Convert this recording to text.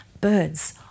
Birds